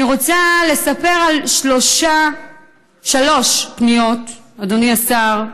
אני רוצה לספר על שלוש פניות, אדוני השר,